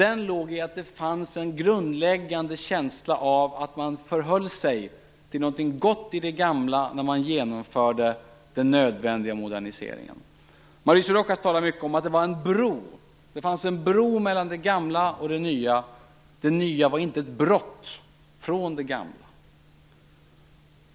Den låg i att det fanns en grundläggande känsla av att man höll sig till någonting gott i det gamla när man genomförde den nödvändiga moderniseringen. Mauricio Rojas talar mycket om att det fanns en bro mellan det gamla och det nya. Det nya var inte ett brott från det gamla.